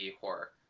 Horror